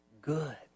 good